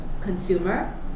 consumer